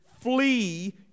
flee